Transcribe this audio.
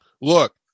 look